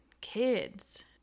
Kids